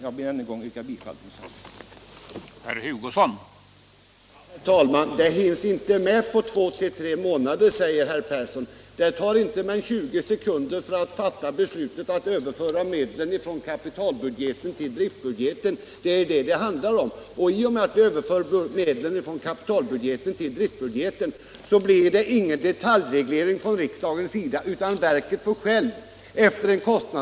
Jag ber än en gång att få yrka bifall till utskottets hemställan.